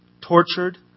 tortured